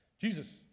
Jesus